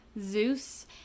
Zeus